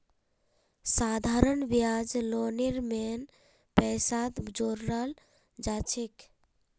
साधारण ब्याज लोनेर मेन पैसात जोड़ाल जाछेक